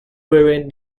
variant